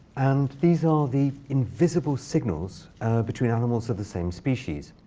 and these are the invisible signals between animals of the same species.